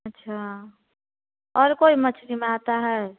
अच्छा और कोई मछली में आता है